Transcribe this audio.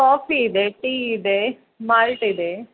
coffee ಇದೆ tea ಇದೆ malt ಇದೇ